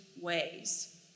ways